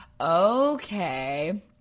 Okay